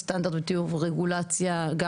את הנושא של טיוב הרגולציה והפחתת הביורוקרטיה,